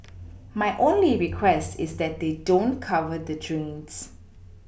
my only request is that they don't cover the drains